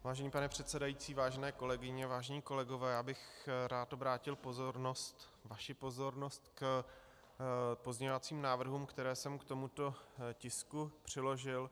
Vážený pane předsedající, vážené kolegyně, vážení kolegové, já bych rád obrátil vaši pozornost k pozměňovacím návrhům, které jsem k tomuto tisku přiložil.